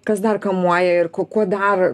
kas dar kamuoja ir ko kuo dar